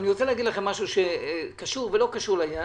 אני רוצה להגיד לכם משהו שקשור ולא קשור לעניין.